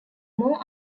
more